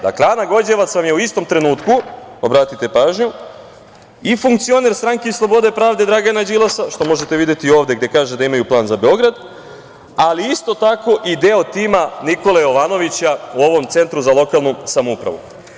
Dakle, Ana Gođevac vam je u istom trenutku, obratite pažnju, i funkcioner Stranke slobode i pravde Dragana Đilasa, što možete videti ovde gde kaže da imaju plan za Beograd, ali je isto tako i deo tima Nikole Jovanovića, u ovom Centru za lokalnu samoupravu.